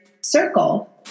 circle